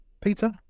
Peter